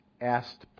asked